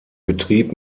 betrieb